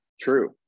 true